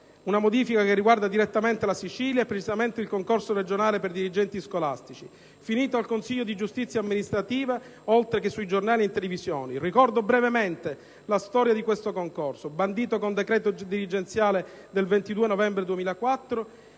una modifica che riguarda direttamente la Sicilia, e precisamente il concorso regionale per dirigenti scolastici finito al Consiglio di giustizia amministrativa, oltre che sui giornali e in televisione. Ricordo brevemente la storia di questo concorso: bandito con decreto dirigenziale del 22 novembre 2004,